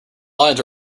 lines